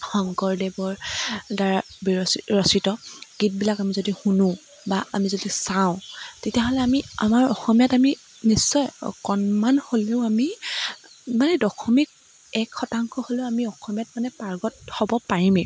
শংকৰদেৱৰ দ্বাৰা বিৰচি ৰচিত গীতবিলাক আমি যদি শুনো বা আমি যদি চাওঁ তেতিয়াহ'লে আমি আমাৰ অসমীয়াত আমি নিশ্চয় অকণমান হ'লেও আমি মানে দশমিক এক শতাংশ হ'লেও আমি অসমীয়াত মানে পাৰ্গত হ'ব পাৰিমেই